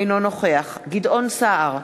אינו נוכח גדעון סער,